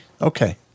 Okay